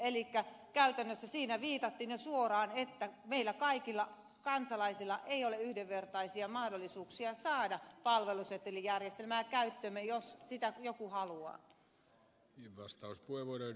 elikkä käytännössä siinä viitattiin suoraan siihen että meillä kaikilla kansalaisilla ei ole yhdenvertaisia mahdollisuuksia saada palvelusetelijärjestelmää käyttöömme jos sitä joku haluaa